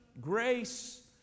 grace